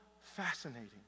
fascinating